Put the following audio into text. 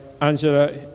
Angela